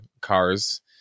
cars